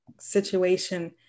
situation